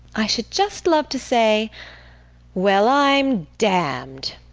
i should just love to say well, i'm damned!